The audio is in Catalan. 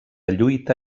lluita